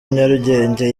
nyarugenge